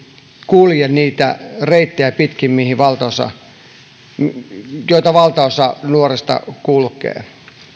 kulje niitä perinteisiä reittejä pitkin joita valtaosa nuorista kulkee